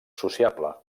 sociable